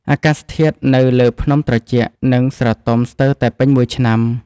អាកាសធាតុនៅលើភ្នំត្រជាក់ និងស្រទំស្ទើរតែពេញមួយឆ្នាំ។